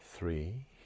three